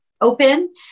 open